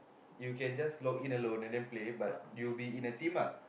you can just login in alone and then play but you will be in a team ah